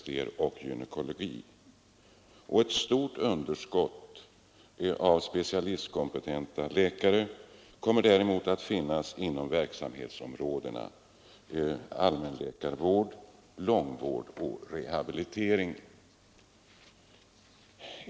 Däremot kommer ett stort underskott på specialistkompetenta läkare att finnas inom verksamhetsområdena allmänläkarvård, långvård och rehabilitering.